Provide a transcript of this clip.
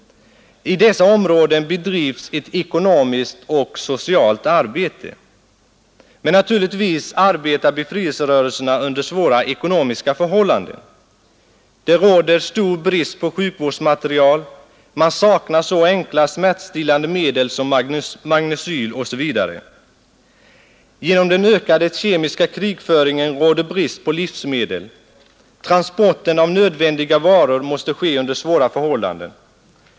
I dessa områden bedrivs ett ekonomiskt och socialt arbete. Men naturligtvis arbetar befrielserörelserna under svåra ekonomiska förhållanden. Det råder stor brist på sjukvårdsmateriel; man saknar så enkla smärtstillande medel som magnecyl. Genom den ökade kemiska krigföringen råder brist på livsmedel. Transporten av nödvändiga varor måste ske under svåra förhållanden.